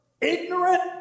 ignorant